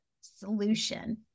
solution